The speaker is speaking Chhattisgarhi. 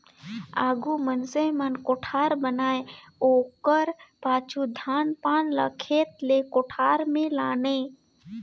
आघु मइनसे मन कोठार बनाए ओकर पाछू धान पान ल खेत ले कोठार मे लाने